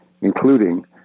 including